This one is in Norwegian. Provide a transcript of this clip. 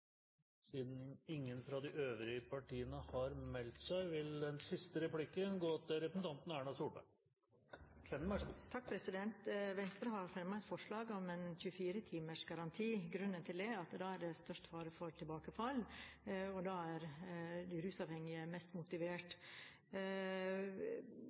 Siden ingen fra de øvrige partiene har meldt seg, vil den siste replikken gå til representanten Erna Solberg. Venstre har fremmet et forslag om en 24-timersgaranti. Grunnen til det er at da er det størst fare for tilbakefall, og da er rusavhengige mest